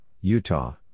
Utah